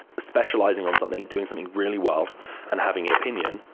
specializing on something, doing something really well and having an opinion,